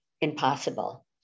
impossible